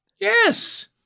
Yes